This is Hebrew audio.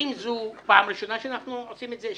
האם זו פעם ראשונה שאנחנו עושים את זה,